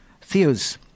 Theo's